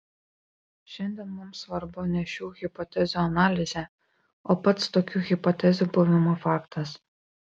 šiandien mums svarbu ne šių hipotezių analizė o pats tokių hipotezių buvimo faktas